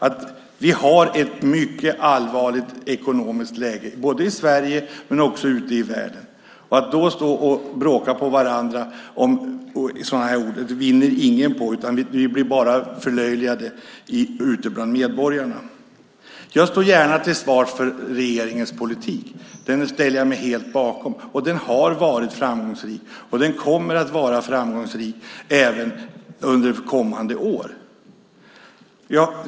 Vi har ett mycket allvarligt ekonomiskt läge, både i Sverige och ute i världen. Att då stå och bråka med varandra med sådana här ord vinner ingen på. Vi blir bara förlöjligade ute bland medborgarna. Jag står gärna till svars för regeringens politik. Den ställer jag mig helt bakom. Den har varit framgångsrik och kommer att vara framgångsrik även under kommande år.